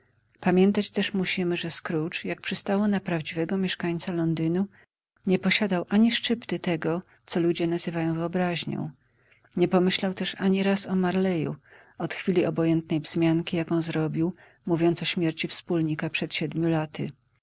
pamiętać też musimy że scrooge jak przystało na prawdziwego mieszkańca londynu nie posiadał ani szczypty tego co ludzie nazywają wyobraźnią nie pomyślał też ani razu o marley'u od chwili obojętnej wzmianki jaką zrobił mówiąc o śmierci wspólnika przed siedmiu laty